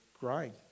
grind